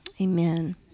Amen